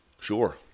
Sure